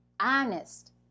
honest